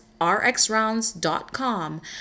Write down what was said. rxrounds.com